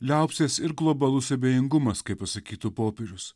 liaupsės ir globalus abejingumas kaip pasakytų popiežius